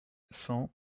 cent